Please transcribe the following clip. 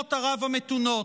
ומדינות ערב המתונות.